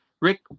Rick